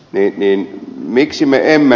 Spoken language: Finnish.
ei niin miksi me emme